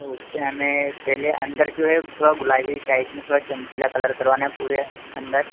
तो उसके हमें पहले अंदर जो है वह थोड़ा गुलाबी टाइप में थोड़ा चमकीला कलर करवाना है पूरा अंदर